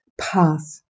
path